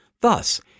Thus